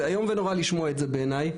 זה איום ונורא לשמוע את זה, בעיניי.